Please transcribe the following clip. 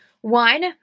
One